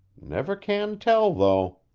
never can tell, though!